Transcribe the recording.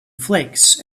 flakes